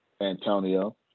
Antonio